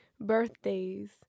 birthdays